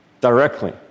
directly